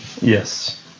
Yes